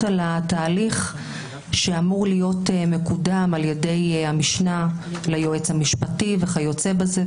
על התהליך שאמור להיות מקודם ע"י המשנה ליועץ המשפטי וכיוצא בזה,